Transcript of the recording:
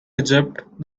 egypt